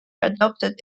adopted